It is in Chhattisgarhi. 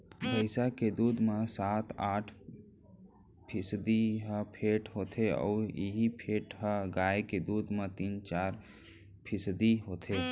भईंस के दूद म सात आठ फीसदी ह फेट होथे अउ इहीं फेट ह गाय के दूद म तीन चार फीसदी होथे